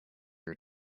her